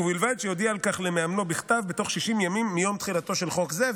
ובלבד שיודיע על כך למאמנו בכתב בתוך 60 ימים מיום תחילתו של חוק זה.